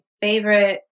favorite